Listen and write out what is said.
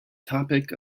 topic